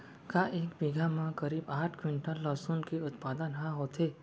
का एक बीघा म करीब आठ क्विंटल लहसुन के उत्पादन ह होथे?